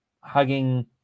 hugging